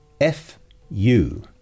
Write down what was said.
F-U